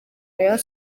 rayon